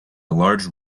large